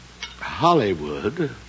Hollywood